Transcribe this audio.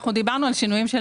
דיברנו על שינויים של